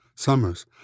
Summers